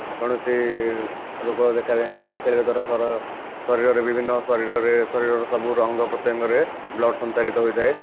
କୌଣସି ରୋଗ ଦେଖା ଯାଇନଥାଏ ଖେଳିବା ଦ୍ୱାରା ଶର ଶରୀରରେ ଭିଭିନ୍ନ ଶରୀରରେ ଶରୀରର ସବୁ ଅଙ୍ଗ ପ୍ରତ୍ୟଙ୍ଗରେ ବ୍ଲଡ଼ ସଂଚାଳିତ ହୋଇଥାଏ